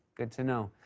good to know.